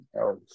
else